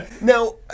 now